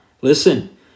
listen